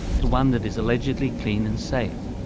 to one that is allegedly clean and safe.